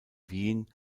wien